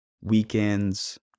weekends